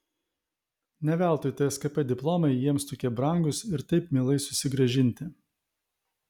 ne veltui tskp diplomai jiems tokie brangūs ir taip mielai susigrąžinti